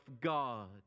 God